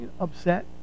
upset